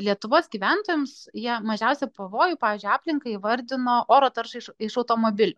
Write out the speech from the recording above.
lietuvos gyventojams jie mažiausią pavojų pavyzdžiui aplinkai įvardino oro tarša iš iš automobilių